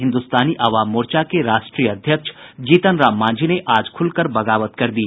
हिन्द्रस्तानी अवाम मोर्चा के राष्ट्रीय अध्यक्ष जीतन राम मांझी ने आज खुलकर बगावत कर दी